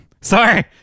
Sorry